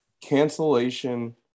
cancellation